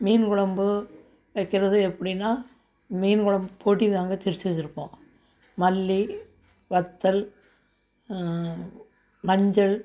மீன் குழம்பு வைக்கிறது எப்படின்னா மீன் குழம்பு பொடி தாங்க திரிச்சி வச்சிருப்போம் மல்லி வத்தல் மஞ்சள்